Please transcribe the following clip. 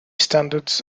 standards